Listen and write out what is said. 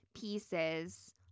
pieces